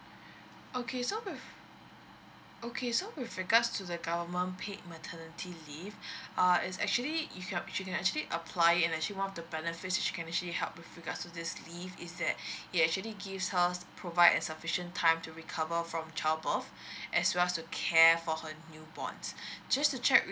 okay so with okay so with regards to the government paid maternity leave uh is actually if you're she can actually apply it and actually one of the benefits she can actually help with regards to this leave is that it actually gives her provide a sufficient time to recover from child birth as well to care for her new born just to check